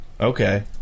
Okay